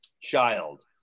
child